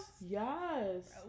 Yes